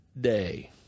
day